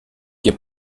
hier